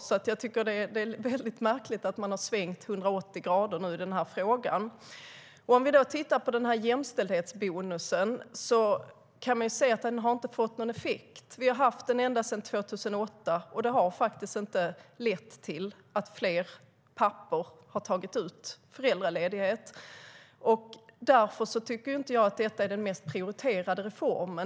Jag tycker alltså att det är väldigt märkligt att man har svängt 180 grader i den här frågan. Därför tycker inte jag att detta är den mest prioriterade reformen.